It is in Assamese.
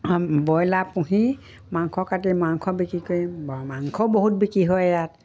ব্ৰইলাৰ পুহি মাংস কাটি মাংস বিক্ৰী কৰি মাংস বহুত বিক্ৰী হয় ইয়াত